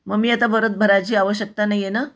मग मी आता परत भरायची आवश्यकता नाही आहे ना